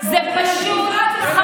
אף אחד לא, זה פשוט חמור.